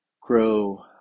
grow